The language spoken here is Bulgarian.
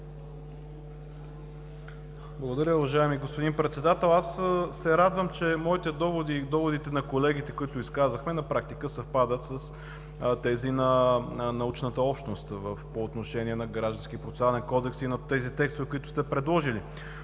Благодаря, уважаеми господин Председател. Аз се радвам, че моите доводи и доводите на колегите, които изказахме, на практика съвпадат с тези на научната общност по отношение на Гражданския процесуален кодекс и на текстовете, които сте предложили.